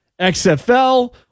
XFL